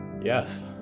Yes